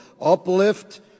uplift